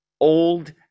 old